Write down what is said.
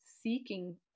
seeking